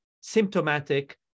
symptomatic